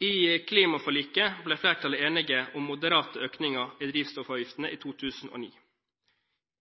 med klimaforliket ble flertallet enig om moderate økninger i drivstoffavgiftene i 2009.